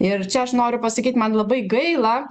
ir čia aš noriu pasakyt man labai gaila